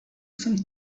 some